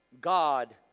God